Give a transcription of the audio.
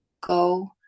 go